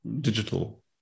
digital